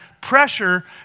pressure